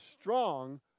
strong